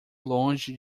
longe